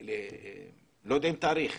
ולא יודעים תאריך.